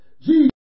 Jesus